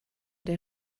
der